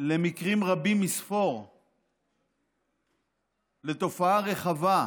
למקרים רבים מספור לתופעה רחבה,